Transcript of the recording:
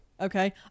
okay